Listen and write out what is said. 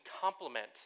complement